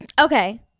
okay